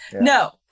No